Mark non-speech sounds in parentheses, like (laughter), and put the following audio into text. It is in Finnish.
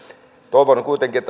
toivon kuitenkin (unintelligible)